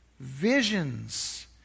Visions